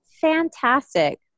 fantastic